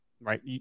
right